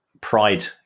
pride